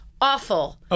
awful